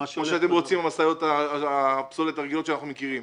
או שאתם רוצים משאיות הפסולת הרגילות שאנחנו מכירים.